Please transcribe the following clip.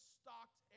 stocked